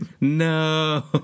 No